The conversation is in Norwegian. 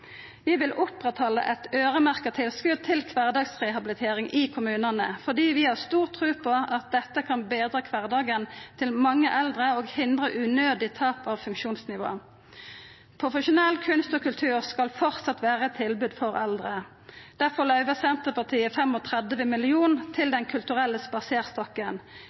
Vi vil oppretthalda eit øyremerkt tilskot til kvardagsrehabilitering i kommunane fordi vi har stor tru på at dette kan betra kvardagen til mange eldre og hindra unødig tap av funksjonsnivå. Profesjonell kunst og kultur skal framleis vera eit tilbod for eldre. Difor løyver Senterpartiet 35 mill. kr til Den kulturelle spaserstokken.